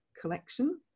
collection